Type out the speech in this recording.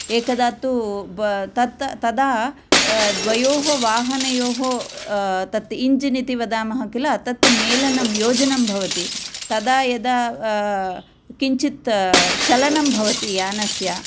एकदा तु तत् तदा द्वयोः वाहनयोः तत् इञ्जिन् इति वदामः किल तत् मेलनं योजनं भवति तदा यदा किञ्चित् चलनं भवति यानस्य